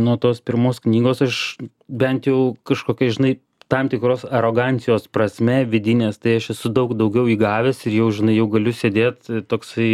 nuo tos pirmos knygos aš bent jau kažkokia žinai tam tikros arogancijos prasme vidinės tai aš esu daug daugiau jį gavęs ir jau žinai jau galiu sėdėt toksai